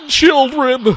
children